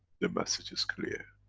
the message is clear.